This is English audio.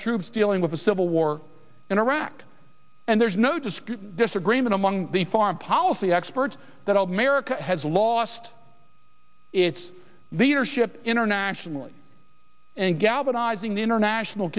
troops dealing with a civil war in iraq and there's no dispute disagreement among the foreign policy experts that america has lost its the ownership internationally and galvanizing the international